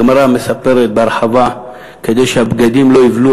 הגמרא מספרת בהרחבה: כדי שהבגדים לא יבלו,